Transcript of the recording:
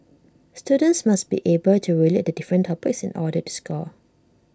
students must be able to relate the different topics in order to score